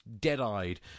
dead-eyed